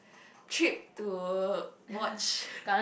trip to watch